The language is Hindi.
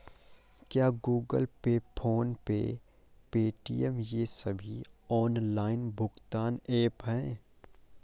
क्या Google pay PhonePe Paytm ये सभी ऑनलाइन भुगतान ऐप हैं?